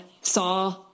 saw